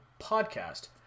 Podcast